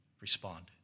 responded